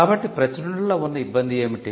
కాబట్టి ప్రచురణలో ఉన్న ఇబ్బంది ఏమిటి